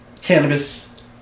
cannabis